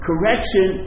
Correction